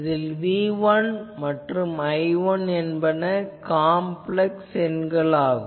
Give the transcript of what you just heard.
இதில் V1 மற்றும் I1 என்பன காம்ப்ளெக்ஸ் எண்கள் ஆகும்